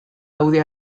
daude